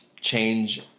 change